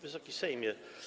Wysoki Sejmie!